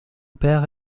père